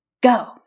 go